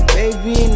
baby